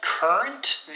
Current